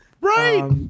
Right